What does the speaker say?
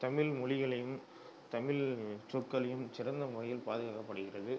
தமிழ் மொழிகளையும் தமிழ் சொற்களையும் சிறந்த முறையில் பாதுகாக்கப்படுகிறது